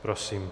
Prosím.